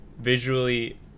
visually